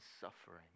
suffering